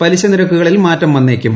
പലിശ നിരക്കുകളിൽ മാറ്റം വന്നേക്കും